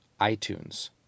iTunes